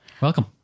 Welcome